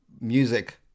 music